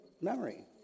memory